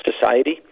society